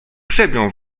grzebią